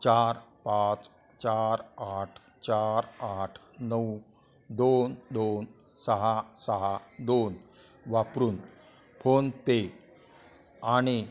चार पाच चार आठ चार आठ नऊ दोन दोन सहा सहा दोन वापरून फोनपे आणि